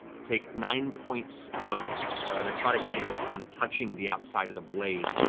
take nine points of necrotic damage in touching the outside of the blade,